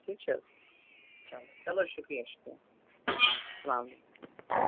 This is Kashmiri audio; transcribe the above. ٹھیٖک چھِ حظ چلو چلو شُکریہ شُکریہ سلام علیکُم